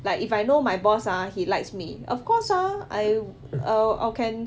like if I know my boss ah he likes me of course ah I err I can